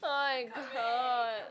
oh-my-god